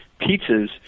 pizzas